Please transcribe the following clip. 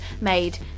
made